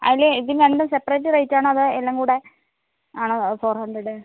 അതിലേ ഇത് രണ്ടും സെപ്പറേറ്റ് റേറ്റ് ആണോ അതോ എല്ലാം കൂടെ ആണോ ഫോർ ഹൺഡ്രഡ്